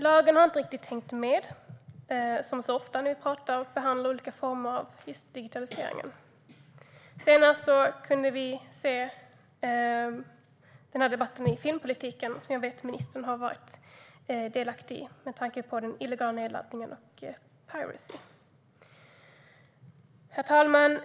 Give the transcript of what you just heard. Lagen har inte hängt med, som så ofta när vi pratar om och behandlar olika former av digitaliseringen. Senast kunde vi höra debatten om filmpolitiken, som jag vet att ministern har varit delaktig i, med tanke på den illegala nedladdningen och Piracy. Herr talman!